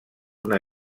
una